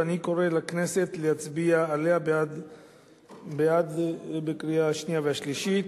ואני קורא לכנסת להצביע עליה בקריאה שנייה ושלישית